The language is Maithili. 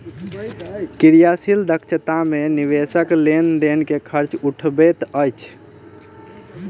क्रियाशील दक्षता मे निवेशक लेन देन के खर्च उठबैत अछि